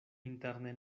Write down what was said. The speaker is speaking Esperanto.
interne